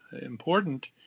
important